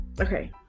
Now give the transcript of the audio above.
Okay